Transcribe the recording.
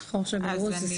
אז אני